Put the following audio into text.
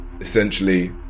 essentially